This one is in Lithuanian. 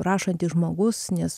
rašantis žmogus nes